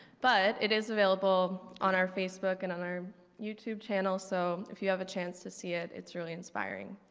but, it is available on our facebook and on our youtube channel. so, if you have a chance to see it, it's really inspiring.